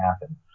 happen